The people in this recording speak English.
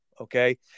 Okay